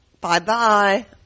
Bye-bye